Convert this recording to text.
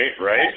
right